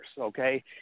okay